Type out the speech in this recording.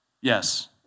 Yes